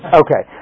okay